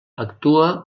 actua